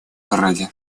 ради